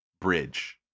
bridge